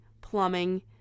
plumbing